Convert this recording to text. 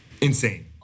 Insane